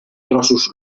trossos